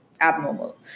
abnormal